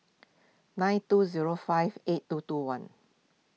nine two zero five eight two two one